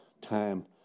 time